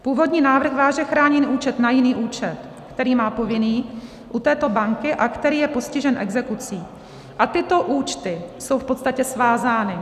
Původní návrh váže chráněný účet na jiný účet, který má povinný u této banky a který je postižen exekucí, a tyto účty jsou v podstatě svázány.